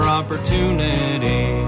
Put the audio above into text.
opportunity